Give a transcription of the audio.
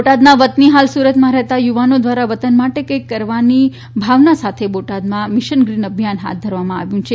બોટાદ ના વતની હાલ સુરતમાં રહેતા યુવાનો દ્વારા વતન માટે કાંઈક કરવાની ભાવના સાથે બોટાદમાં મિશન ગ્રીન અભિયાન હાથ ધરવામાં આવ્યું છે